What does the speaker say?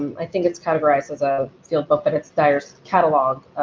i think it's categorized as a field book, but it's dyar's catalog